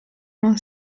non